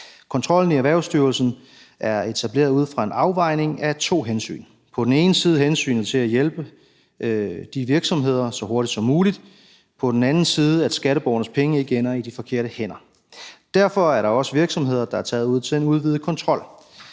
Kontrollen i Erhvervsstyrelsen er etableret ud fra en afvejning af to hensyn – på den ene side hensynet til at hjælpe de virksomheder så hurtigt som muligt og på den anden side, at skatteborgernes penge ikke ender i de forkerte hænder. Derfor er der også virksomheder, der er taget ud til en udvidet kontrol.